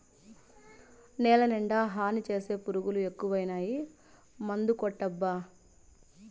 నేలనిండా హాని చేసే పురుగులు ఎక్కువైనాయి మందుకొట్టబ్బా